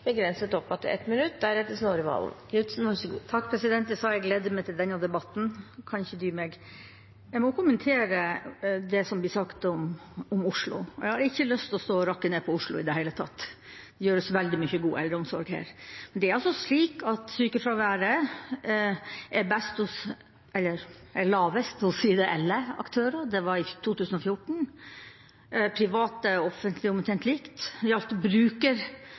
begrenset til 1 minutt. Jeg sa at jeg gledet meg til denne debatten – jeg kan ikke dy meg. Jeg må kommentere det som blir sagt om Oslo. Jeg har ikke i det hele tatt lyst til å stå her og rakke ned på Oslo. Det bedrives veldig mye god eldreomsorg her. Men sykefraværet var i 2014 lavest hos ideelle aktører. Private og offentlige aktører ligger omtrent likt. Når det gjelder brukertilfredshet, var det 9 ideelle aktører blant de 15 som skåret best. De private og de offentlige lå likt. Brukerundersøkelsene har det